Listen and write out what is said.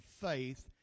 faith